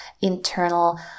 internal